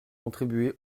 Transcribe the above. contribuer